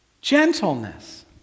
Gentleness